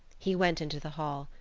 he went into the hall,